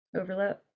overlap